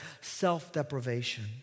self-deprivation